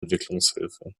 entwicklungshilfe